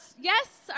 yes